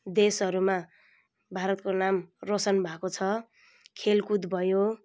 देशहरूमा भारतको नाम रोसन भएको छ खेलकुद भयो